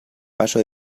paso